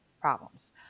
problems